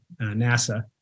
NASA